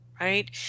right